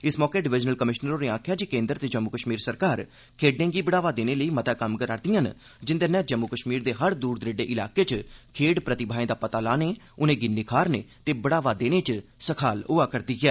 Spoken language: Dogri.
इस मौके डिवीजनल कमीशनर होरें आक्खेया जे केन्द्र ते जम्मू कश्मीर सरकार खेड्डे गी बढ़ावा देने लेई मता कम्म करै करिदयां न जिन्दे नै जम्मू कश्मीर दे हर दूर दरेडे इलाके च खेड्ड प्रतिभाएं दा पता लाने उनैंगी निखारने ते बढ़ावा देने च सखाल होआ करदी ऐ